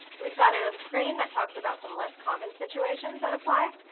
we've got a screen that talks about some less common situations that apply.